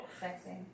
sexy